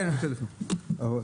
רבה,